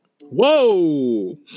Whoa